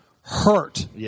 hurt